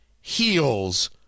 heals